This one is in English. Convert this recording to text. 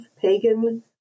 pagan